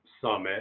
summit